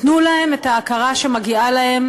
תנו להם את ההכרה שמגיעה להם